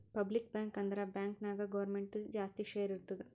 public bank ಅಂದುರ್ bank ನಾಗ್ ಗೌರ್ಮೆಂಟ್ದು ಜಾಸ್ತಿ ಶೇರ್ ಇರ್ತುದ್